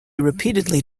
repeatedly